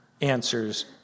answers